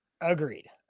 Agreed